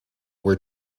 were